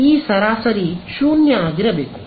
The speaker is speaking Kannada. ಈ ಸರಾಸರಿ 0 ಆಗಿರಬೇಕು